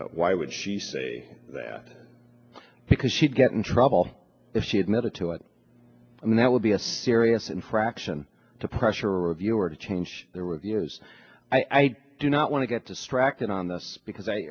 why would she say that because she'd get in trouble if she admitted to it and that would be a serious infraction to pressure reviewer to change their reviews i do not want to get distracted on this because i